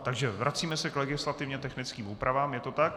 Takže vracíme se k legislativně technickým úpravám, je to tak?